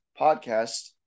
podcast